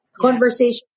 conversation